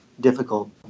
Difficult